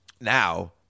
now